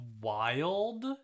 Wild